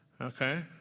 Okay